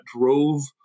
drove